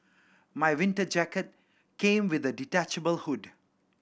my winter jacket came with a detachable hood